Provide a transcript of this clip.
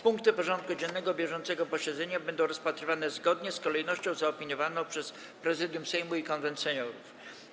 Punkty porządku dziennego bieżącego posiedzenia będą rozpatrywane zgodnie z kolejnością zaopiniowaną przez Prezydium Sejmu i Konwent Seniorów.